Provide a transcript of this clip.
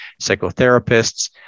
psychotherapists